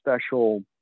special